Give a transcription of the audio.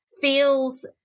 feels